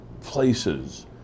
places